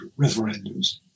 referendums